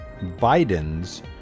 Biden's